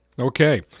Okay